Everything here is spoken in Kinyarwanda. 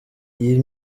iyi